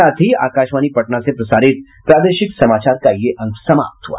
इसके साथ ही आकाशवाणी पटना से प्रसारित प्रादेशिक समाचार का ये अंक समाप्त हुआ